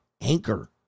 Anchor